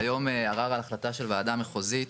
כיום ערר על החלטה של ועדה מחוזית,